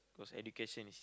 cause education is